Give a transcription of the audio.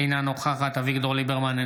אינה נוכחת אביגדור ליברמן,